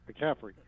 McCaffrey